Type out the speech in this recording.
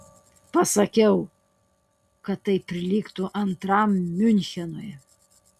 pasakiau kad tai prilygtų antram miunchenui